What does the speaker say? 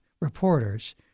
reporters